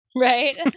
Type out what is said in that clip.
Right